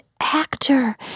actor